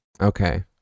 Okay